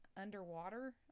underwater